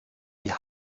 wie